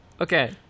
okay